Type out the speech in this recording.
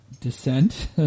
descent